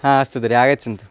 हा अस्तु तर्हि आगच्छन्तु